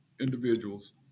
individuals